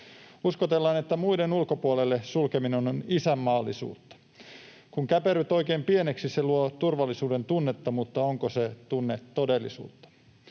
Uskotellaan, että muiden ulkopuolelle sulkeminen on isänmaallisuutta. Kun käperryt oikein pieneksi, se luo turvallisuudentunnetta, mutta onko se tunne todellisuutta?